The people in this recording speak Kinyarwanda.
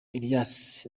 elias